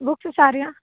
books ਸਾਰੀਆਂ